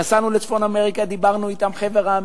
נסענו לצפון-אמריקה, דיברנו אתם, לחבר המדינות.